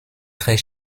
très